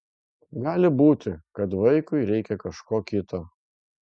gali būti kad vaikui reikia kažko kito